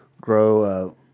grow